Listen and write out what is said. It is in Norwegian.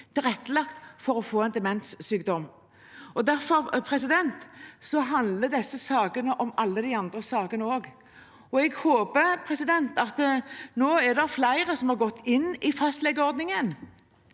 tilrettelagt for dem som får en demenssykdom. Derfor handler disse sakene om alle de andre sakene også. Nå er det flere som er gått inn i fastlegeordningen,